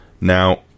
Now